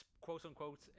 quote-unquote